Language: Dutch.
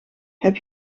heb